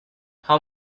how